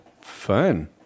fun